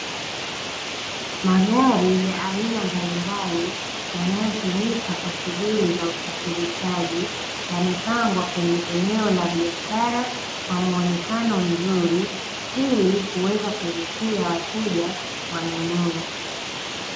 Magari ya aina mbalimbali yanayotumika kwa shughuli za usafirishaji yamepangwa kwenye eneo la biashara kwa muonekano mzuri ili kuweza kuvutia wateja wanunue.